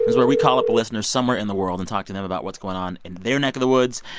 where we call up a listener somewhere in the world and talk to them about what's going on in their neck of the woods.